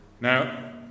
Now